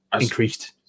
increased